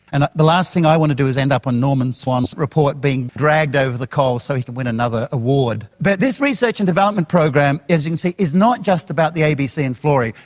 and the last thing i want to do is end up on norman swan's report being dragged over the coals so he can win another award. but this research and development program, as you can see, is not just about the abc and florey.